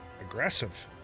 aggressive